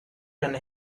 and